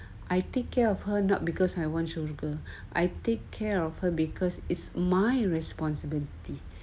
I take care of her not because I want syurga I take care of her because it's my responsibility